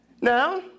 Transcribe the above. Now